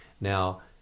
Now